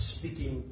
Speaking